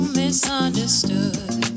misunderstood